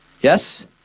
Yes